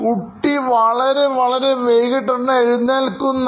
കുട്ടി വളരെ വളരെ വൈകീട്ടാണ് എഴുന്നേൽക്കുന്നത്